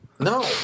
No